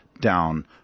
down